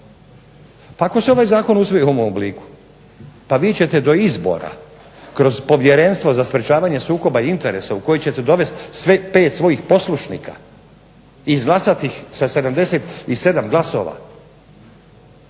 Pa ako se ovaj zakon usvoji u ovom obliku pa vi ćete do izbora kroz Povjerenstvo za sprečavanje sukoba interesa u koji ćete dovesti svih pet svojih poslušnika i izglasati ih sa 77 glasova,